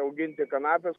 auginti kanapes